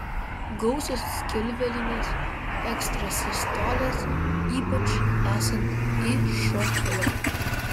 gausios skilvelinės ekstrasistolės ypač esant išl